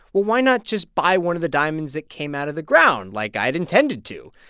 well, why not just buy one of the diamonds that came out of the ground like i had intended to?